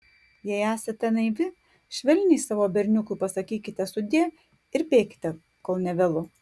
jei esate naivi švelniai savo berniukui pasakykite sudie ir bėkite kol nevėlu